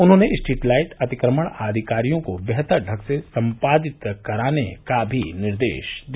उन्होंने street light अतिक्रमण आदि कार्यों को बेहतर ढंग से सम्पादित कराने के भी निर्देश दिया